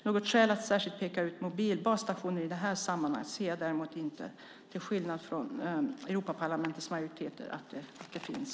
Något skäl att särskilt peka ut mobilbasstationer i det här sammanhanget ser jag däremot inte, till skillnad från Europaparlamentets majoritet, att det finns.